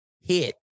hit